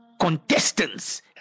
contestants